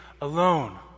alone